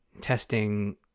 testing